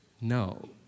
No